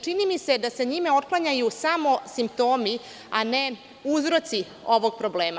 Čini mi se da se njime otklanjaju samo simptomi, a ne uzroci ovog problema.